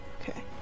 Okay